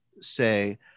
say